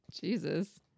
Jesus